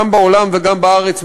גם בעולם וגם בארץ,